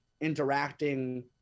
interacting